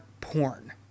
porn